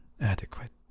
adequate